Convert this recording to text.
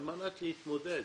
על מנת להתמודד